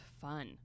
fun